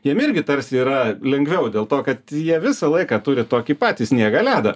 jiem irgi tarsi yra lengviau dėl to kad jie visą laiką turi tokį patį sniegą ledą